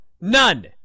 None